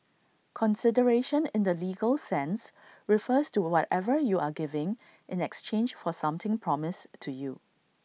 consideration in the legal sense refers to whatever you are giving in exchange for something promised to you